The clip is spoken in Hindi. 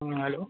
हाँ हलो